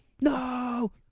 No